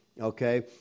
Okay